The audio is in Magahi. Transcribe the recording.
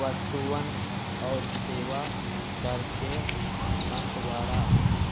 वस्तुअन और सेवा कर के बंटवारा